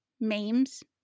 memes